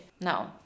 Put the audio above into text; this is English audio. No